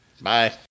Bye